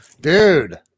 dude